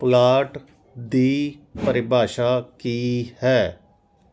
ਪੋਲਾਟ ਦੀ ਪਰਿਭਾਸ਼ਾ ਕੀ ਹੈ